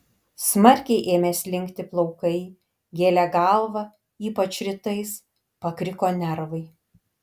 smarkiai ėmė slinkti plaukai gėlė galvą ypač rytais pakriko nervai